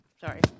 Sorry